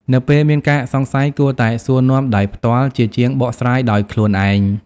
នៅពេលមានការសង្ស័យ គួរតែសួរនាំដោយផ្ទាល់ជាជាងបកស្រាយដោយខ្លួនឯង។